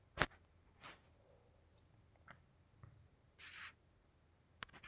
margin ಅಂದ್ರ ವೆಚ್ಚಗಳನ್ನ ಲೆಕ್ಕಹಾಕಿದ ಮ್ಯಾಲೆ ಉಳಿಯೊ ಲಾಭ